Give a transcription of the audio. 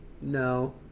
no